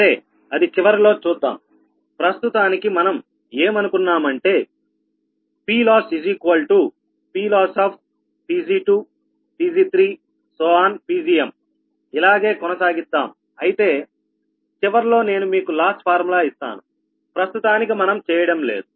సరే అది చివరలో చూద్దాం ప్రస్తుతానికి మనం ఏం అనుకున్నామంటే PLoss PLoss Pg2 Pg3 Pgm ఇలాగే కొనసాగిద్దాం అయితే చివర్లో నేను మీకు లాస్ ఫార్ములా ఇస్తాను ప్రస్తుతానికి మనం చేయడం లేదు